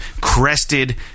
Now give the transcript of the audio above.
crested